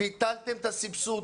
ביטלתם את הסבסוד